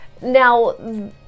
now